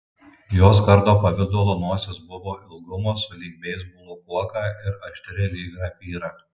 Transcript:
jos kardo pavidalo nosis buvo ilgumo sulig beisbolo kuoka ir aštri lyg rapyra